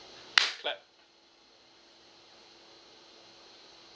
clap